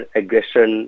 aggression